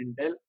Intel